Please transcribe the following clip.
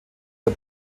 der